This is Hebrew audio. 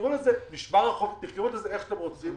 תקראו לזה משמר החוף, תקראו לזה איך שאתם רוצים.